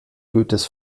goethes